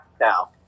now